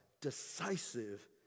decisive